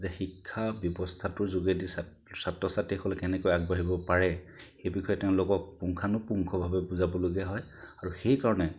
যে শিক্ষা ব্যৱস্থাটোৰ যোগেদি ছাত্ ছাত্ৰ ছাত্ৰীসকলে কেনেকৈ আগবাঢ়িব পাৰে সে ইবিষয়ে তেওঁলোকক পুংখানুপুংখভাৱে বুজাবলগীয়া হয় আৰু সেই কাৰণে